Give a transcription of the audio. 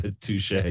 Touche